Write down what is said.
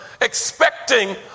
expecting